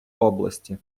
області